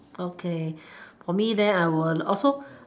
okay for me then I will also